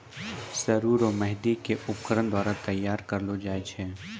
सरु रो मेंहदी के उपकरण द्वारा तैयार करलो जाय छै